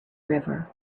river